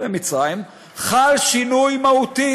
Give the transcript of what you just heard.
ומצרים, חל שינוי מהותי"